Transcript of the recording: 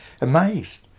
amazed